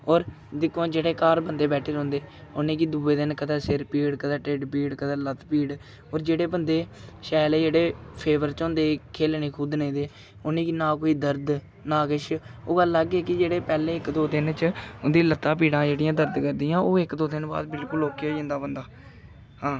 होर दिक्खो आं जेह्ड़े घर बंदे बैठे दे रौहंदे उ'नें गी दूए दिन कदें सिर पीड़ कदें ढिड्ड पीड़ कदें लत्त पीड़ होर जेह्ड़े बंदे शैल जेह्ड़े फेवर च होंदे खेलने कूदनें दे उ'नें गी ना कोई दर्द ना किश ओह् हालांके कि जेह्ड़े पैह्लें इक दो दिन च उंदी लत्तां पीड़ां जेह्ड़ियां दरद करदियां ओह् इक दो दिन बाद बिलकुल ओके होई जंदा बंदा आं